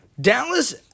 Dallas